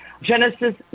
genesis